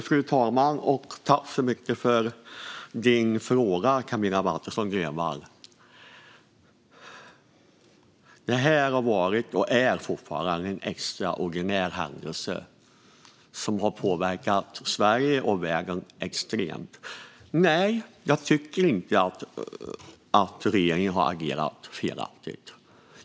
Fru talman! Tack så mycket för din fråga, Camilla Waltersson Grönvall! Det här har varit och är fortfarande en extraordinär händelse som har påverkat Sverige och världen extremt. Nej, jag tycker inte att regeringen har agerat felaktigt.